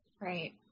Right